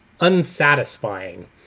unsatisfying